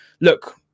look